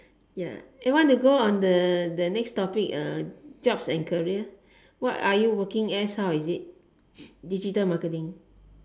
ya want to go on the the next topic jobs and career what are you working as how is it digital marketing